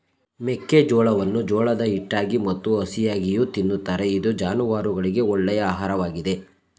ಮೆಕ್ಕೆಜೋಳವನ್ನು ಜೋಳದ ಹಿಟ್ಟಾಗಿ ಮತ್ತು ಹಸಿಯಾಗಿಯೂ ತಿನ್ನುತ್ತಾರೆ ಇದು ಜಾನುವಾರುಗಳಿಗೆ ಒಳ್ಳೆಯ ಆಹಾರವಾಗಿದೆ